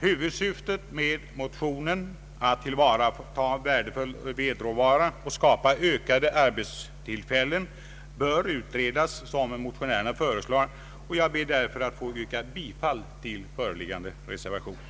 Huvudsyftet med motionen, att tillvarata värdefull vedråvara och skapa ökade arbetstillfällen, bör utredas, och jag ber därför att få yrka bifall till reservationen.